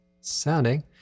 sounding